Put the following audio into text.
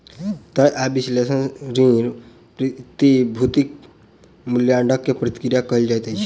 तय आय विश्लेषण ऋण, प्रतिभूतिक मूल्याङकन के प्रक्रिया कहल जाइत अछि